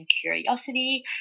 curiosity